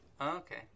okay